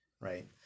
Right